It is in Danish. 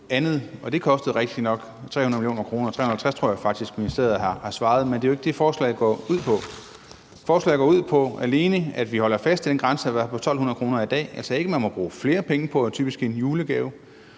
det kostede rigtigt nok 300 mio. kr. – 350 mio. kr. tror jeg faktisk at ministeriet har svaret. Men det er jo ikke det, forslaget går ud på. Forslaget går alene ud på, at vi holder fast i den grænse, der er på 1.200 kr. i dag. Jeg sagde ikke, at man må bruge flere penge på typisk en julegave;